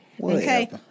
Okay